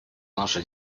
наша